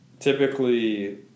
Typically